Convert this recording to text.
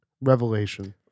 revelation